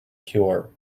cure